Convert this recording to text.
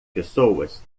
pessoas